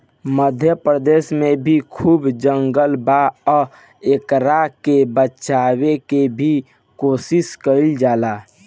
मध्य प्रदेश में भी खूब जंगल बा आ एकरा के बचावे के भी कोशिश कईल जाता